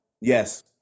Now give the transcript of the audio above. yes